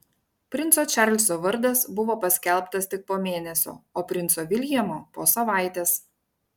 princo čarlzo vardas buvo paskelbtas tik po mėnesio o princo viljamo po savaitės